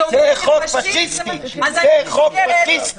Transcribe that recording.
כן, זה חוק פשיסטי, זה חוק פשיסטי.